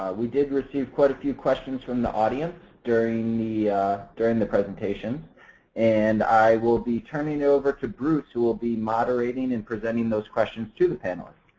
we did receive quite a few questions from the audience during the during the presentation and i will be turning over to bruce who will be moderating and presenting those questions to the panel.